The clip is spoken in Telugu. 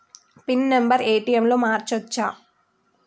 పిన్ నెంబరు ఏ.టి.ఎమ్ లో మార్చచ్చా?